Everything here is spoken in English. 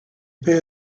pay